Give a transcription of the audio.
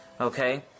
Okay